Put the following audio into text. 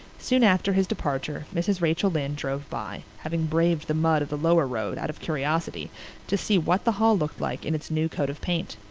soon after his departure mrs. rachel lynde drove by, having braved the mud of the lower road out of curiosity to see what the hall looked like in its new coat of paint.